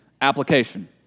application